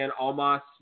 Almas